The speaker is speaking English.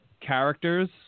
characters